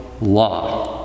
law